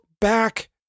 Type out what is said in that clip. back